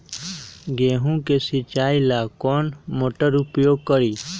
गेंहू के सिंचाई ला कौन मोटर उपयोग करी?